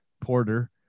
Porter